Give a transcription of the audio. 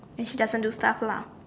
and she doesn't do stuff lah